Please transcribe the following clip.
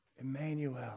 Emmanuel